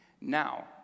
Now